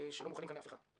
שלא מאוחלים כאן לאף אחד.